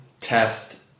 test